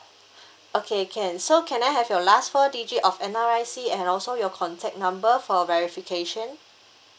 okay can so can I have your last four digit of N_R_I_C and also your contact number for verification